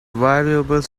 valuable